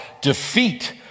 defeat